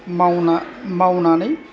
मावना मावनानै